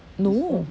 no